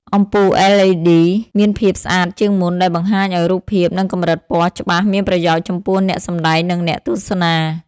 អំពូល LED មានភាពស្អាតជាងមុនដែលបង្ហាញឲ្យរូបភាពនិងកម្រិតពណ៌ច្បាស់មានប្រយោជន៍ចំពោះអ្នកសម្តែងនិងអ្នកទស្សនា។